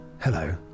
Hello